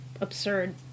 absurd